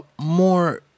more